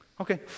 Okay